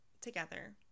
together